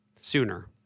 sooner